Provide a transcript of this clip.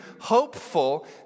hopeful